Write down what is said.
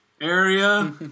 area